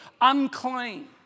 unclean